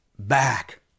back